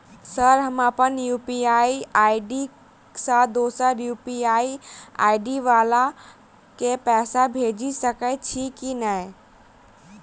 Sir हम अप्पन UPI ID सँ दोसर यु.पी.आई आई.डी वला केँ पैसा भेजि सकै छी नै?